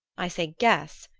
i say guess,